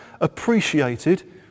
appreciated